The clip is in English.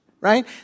Right